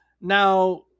Now